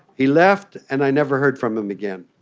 he left and i never heard from him again.